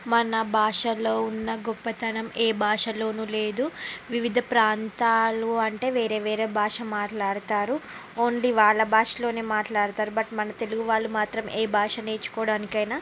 మన భాషలో ఉన్న గొప్పతనం ఏ భాషలోనూ లేదు వివిధ ప్రాంతాలు అంటే వేరే వేరే భాష మాట్లాడుతారు ఓన్లీ వాళ్ళ భాషలోనే మాట్లాడుతారు బట్ మన తెలుగు వాళ్ళు మాత్రమే ఏ భాష నేర్చుకోవడానికైనా